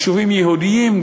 יישובים יהודיים,